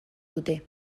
dute